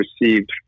received